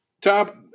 Top